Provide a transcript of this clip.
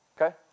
okay